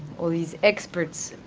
all these experts.